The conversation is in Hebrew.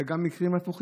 אלא היו גם מקרים הפוכים.